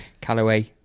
Callaway